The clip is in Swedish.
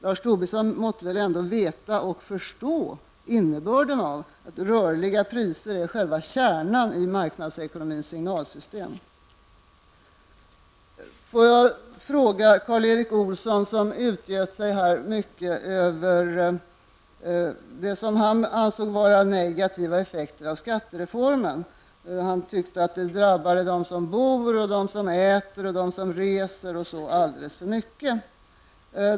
Lars Tobisson måtte väl förstå innebörden av att rörliga priser är själva kärnan i marknadsekonomins signalsystem. Får jag ställa en fråga till Karl Erik Olsson, som här utgöt sig över det som han anser vara negativa effekter av skattereformen. Han tyckte att den alldeles för mycket drabbar dem som bor, dem som äter, dem som reser osv.